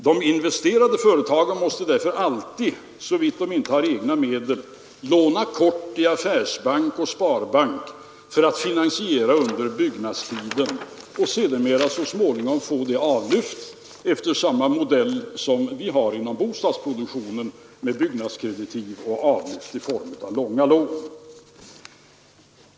De investerande företagen måste därför alltid — såvitt de inte har egna medel — låna kort i affärsbank och sparbank för att finansiera under byggnadstiden och sedermera få lånet avlyft efter samma modell som vi har inom bostadsproduktionen med byggnadskreditiv och avlyft i form av långa lån.